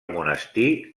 monestir